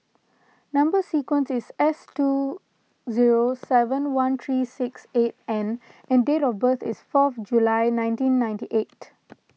Number Sequence is S two zero seven one three six eight N and date of birth is fourth July nineteen ninety eight